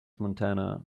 montana